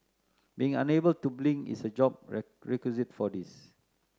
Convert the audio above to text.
being unable to blink is a job requisite for this